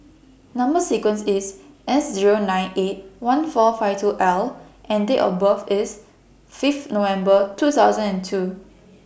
Number sequence IS S Zero nine eight one four five two L and Date of birth IS Fifth November two thousand and two